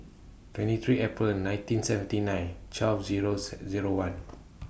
twenty three April nineteen seventy nine twelve Zero C Zero one